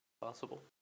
Possible